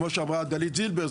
כמו שאמרה דלית זילבר,